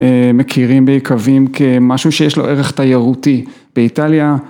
מכירים ביקבים כמשהו שיש לו ערך תיירותי, באיטליה.